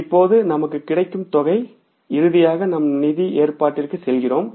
இப்போது நமக்கு கிடைக்கும் தொகை இறுதியாக நாம் நிதி ஏற்பாட்டிற்கு செல்கிறோம்